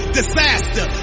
disaster